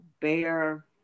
bear